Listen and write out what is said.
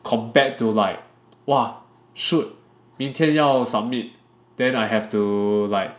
compared to like !wah! shoot 明天要 submit then I have to like